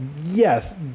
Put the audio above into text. yes